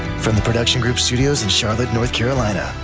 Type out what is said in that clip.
from the production group studios in charlotte, north carolina,